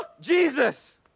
Jesus